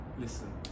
listen